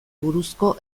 buruzko